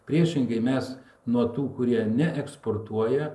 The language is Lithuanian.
priešingai mes nuo tų kurie neeksportuoja